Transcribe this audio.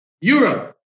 Europe